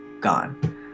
gone